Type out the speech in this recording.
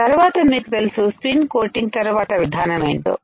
తరువాత మీకు తెలుసు స్పీన్ కోటింగ్spincoatingతరువాత విధానమేంటో